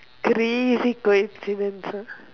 three is it coincidence ah